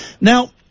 Now